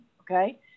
okay